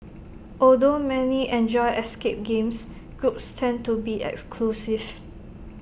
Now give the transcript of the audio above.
although many enjoy escape games groups tend to be exclusive